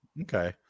Okay